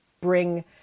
bring